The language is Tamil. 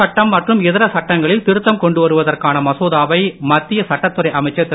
சட்டம் மற்றும் இதர சட்டங்களில் ஆதார் திருத்தம் கொண்டுவருவதற்கான மசோதாவை மத்திய சட்டத்துறை அமைச்சர் திரு